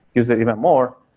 use it even more,